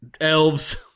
Elves